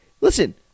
Listen